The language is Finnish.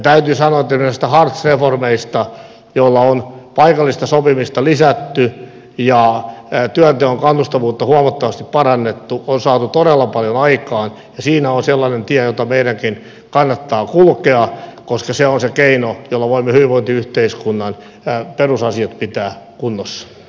täytyy sanoa vielä näistä hartz reformeista joilla on paikallista sopimista lisätty ja työnteon kannustavuutta huomattavasti parannettu että on saatu todella paljon aikaan ja siinä on sellainen tie jota meidänkin kannattaa kulkea koska se on se keino jolla voimme hyvinvointiyhteiskunnan perusasiat pitää kunnossa